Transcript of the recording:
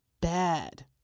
bad